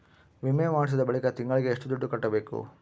ವಿಮೆ ಮಾಡಿಸಿದ ಬಳಿಕ ತಿಂಗಳಿಗೆ ಎಷ್ಟು ದುಡ್ಡು ಕಟ್ಟಬೇಕು?